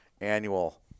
annual